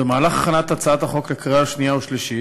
במהלך הכנת הצעת החוק לקריאה שנייה ושלישית